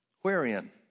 wherein